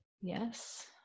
Yes